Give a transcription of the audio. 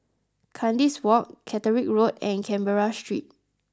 Kandis Walk Catterick Road and Canberra Street